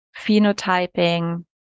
phenotyping